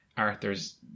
Arthur's